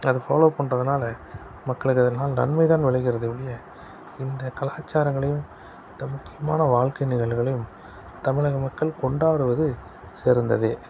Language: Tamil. அது ஃபாலோ பண்ணுறதுனால மக்களுக்கு அதனால் நன்மை தான் விளைகிறதே ஒழிய இந்த கலாச்சாரங்களையும் இந்த முக்கியமான வாழ்க்கை நிகழ்வுகளையும் தமிழக மக்கள் கொண்டாடுவது சிறந்தது